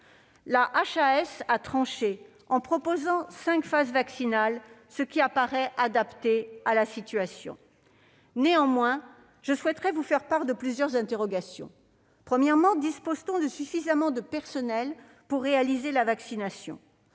La HAS a tranché, en proposant cinq phases vaccinales, ce qui paraît adapté à la situation. Néanmoins, je souhaiterais vous faire part de plusieurs interrogations. Premièrement, dispose-t-on de suffisamment de personnel pour réaliser la vaccination ?